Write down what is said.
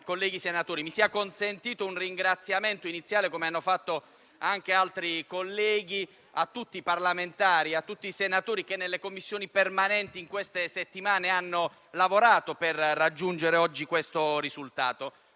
mi sia consentito un ringraziamento iniziale, come hanno fatto anche altri colleghi, a tutti i parlamentari e a tutti i senatori che nelle Commissioni permanenti, in queste settimane, hanno lavorato per raggiungere oggi questo risultato.